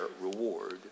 reward